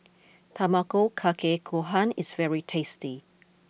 Tamago Kake Gohan is very tasty